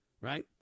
right